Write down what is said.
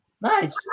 Nice